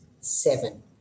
seven